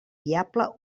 viable